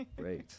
great